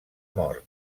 mort